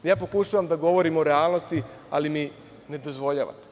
Pokušavam da govorim o realnosti, ali mi ne dozvoljavate.